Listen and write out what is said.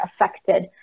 affected